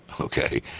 okay